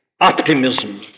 optimism